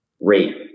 rate